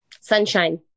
sunshine